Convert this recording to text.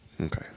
Okay